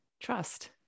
trust